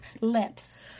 lips